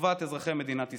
לטובת אזרחי מדינת ישראל.